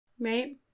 Right